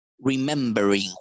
remembering